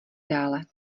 dále